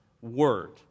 word